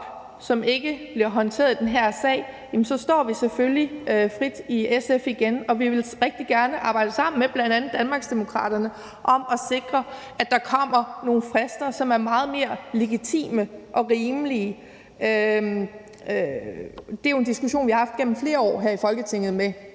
som ikke bliver håndteret i den her sag, så står vi selvfølgelig igen frit i SF, og vi vil rigtig gerne arbejde sammen med bl.a. Danmarksdemokraterne om at sikre, at der kommer nogle frister, som er meget mere legitime og rimelige. Det er jo en diskussion, vi har haft igennem flere år her i Folketinget med